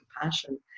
compassion